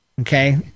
okay